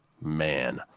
Man